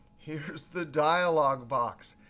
here's the dialog box.